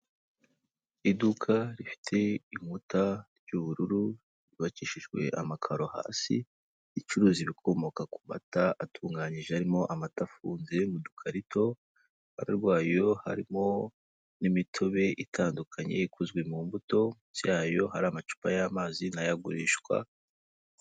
Iduka rifite inkuta ry'ubururu ryubakishijwe amakaro hasi, ricuruza ibikomoka ku mata atunganyije harimo amata afunze mu dukarito, iruhande rwayo harimo n'imitobe itandukanye ikozwe mu mbuto, munsi yayo hari amacupa y'amazi n'ayo agurishwa.